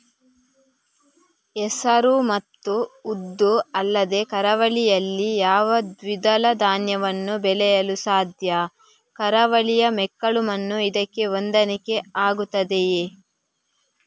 ಹೆಸರು ಮತ್ತು ಉದ್ದು ಅಲ್ಲದೆ ಕರಾವಳಿಯಲ್ಲಿ ಯಾವ ದ್ವಿದಳ ಧಾನ್ಯವನ್ನು ಬೆಳೆಯಲು ಸಾಧ್ಯ? ಕರಾವಳಿಯ ಮೆಕ್ಕಲು ಮಣ್ಣು ಇದಕ್ಕೆ ಹೊಂದಾಣಿಕೆ ಆಗುತ್ತದೆಯೇ?